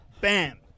Bam